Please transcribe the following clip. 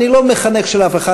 אני לא מחנך של אף אחד,